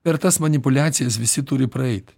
per tas manipuliacijas visi turi praeit